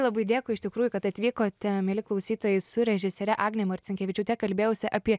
labai dėkui iš tikrųjų kad atvykote mieli klausytojai su režisiere agne marcinkevičiūte kalbėjausi apie